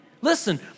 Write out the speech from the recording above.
Listen